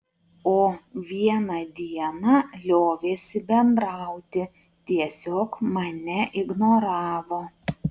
o vieną dieną liovėsi bendrauti tiesiog mane ignoravo